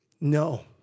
No